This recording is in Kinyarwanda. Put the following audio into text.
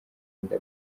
inda